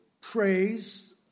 praise